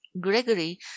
gregory